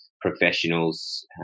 professionals